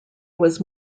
was